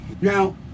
Now